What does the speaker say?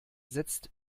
setzt